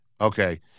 Okay